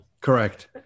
Correct